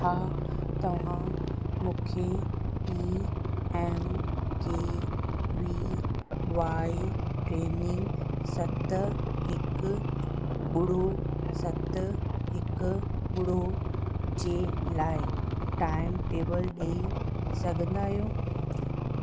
छा तव्हां मूंखे P M K V Y training सत हिकु ॿुड़ी सत हिकु ॿुड़ी जे लाइ टाईमटेबल ॾेई सघंदा आहियो